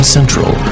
Central